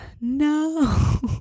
No